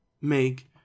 make